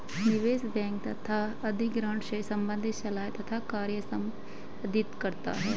निवेश बैंक तथा अधिग्रहण से संबंधित सलाह तथा कार्य संपादित करता है